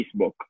Facebook